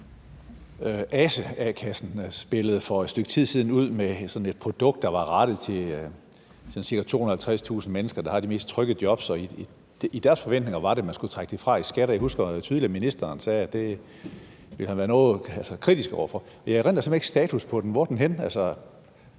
A-kassen Ase spillede for et stykke tid siden ud med sådan et produkt, der var rettet mod ca. 250.000 mennesker, der har de mest trygge jobs. Og deres forventning var, at man skulle trække det fra i skat. Jeg husker tydeligt, at ministeren sagde, at det ville han være noget kritisk over for. Jeg erindrer simpelt hen ikke status på den sag.